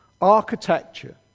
architecture